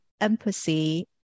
empathy